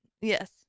Yes